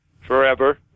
Forever